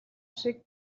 шиг